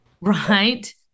Right